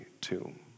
tomb